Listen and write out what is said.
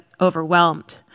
overwhelmed